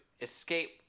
escape